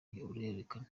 uruhererekane